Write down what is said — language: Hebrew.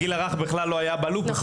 הגיל הרך בכלל לא היה בלופ,